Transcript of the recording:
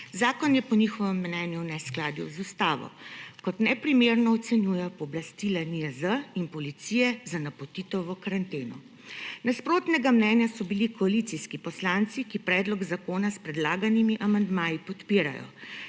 Zakon je po njihovem mnenju v neskladju z ustavo. Kot neprimerna ocenjujejo pooblastila NIJZ in policije za napotitev v karanteno. Nasprotnega mnenja so bili koalicijski poslanci, ki predlog zakona s predlaganimi amandmaji podpirajo.